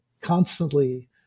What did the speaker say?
constantly